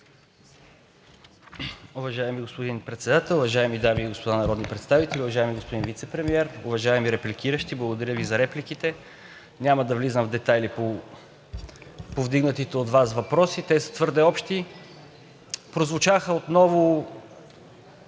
Уважаеми господин Председател, уважаеми дами и господа народни представители, уважаеми господин Вицепремиер! Уважаеми репликиращи, благодаря Ви за репликите. Няма да влизам в детайли по повдигнатите от Вас въпроси, те са твърде общи. Прозвучаха отново